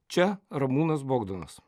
čia ramūnas bogdanas